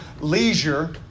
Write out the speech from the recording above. leisure